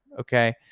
Okay